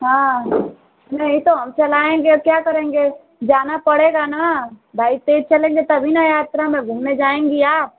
हाँ नहीं तो हम चलाएंगे औ क्या करेंगे जाना पड़ेगा ना बाइस तेइस चलेंगे तभी ना यात्रा में घूमने जाएंगी आप